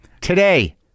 Today